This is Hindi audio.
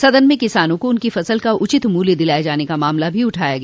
सदन में किसानों को उनकी फसल का उचित मूल्य दिलाये जाने का मामला भी उठाया गया